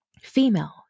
female